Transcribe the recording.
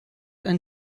ein